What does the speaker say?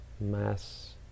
mass